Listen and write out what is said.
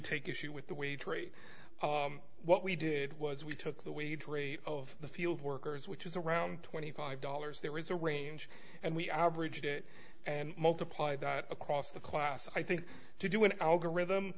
take issue with the wage rate what we did was we took the wage rate of the field workers which is around twenty five dollars there is a range and we averaged it and multiply that across the class i think to do an